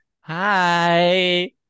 Hi